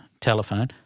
telephone